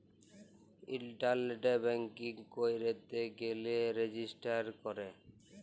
ইলটারলেট banking ক্যইরতে গ্যালে register ক্যরে